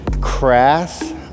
Crass